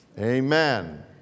Amen